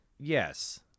Yes